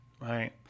right